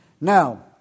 Now